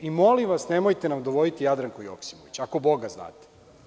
Molim vas, nemojte nam dovoditi Jadranku Joksimović, ako Boga znate.